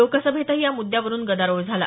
लोकसभेतही या मुद्यावरुन गदारोळ झाला